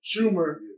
Schumer